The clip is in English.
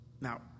Now